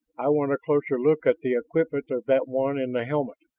i want a closer look at the equipment of that one in the helmet.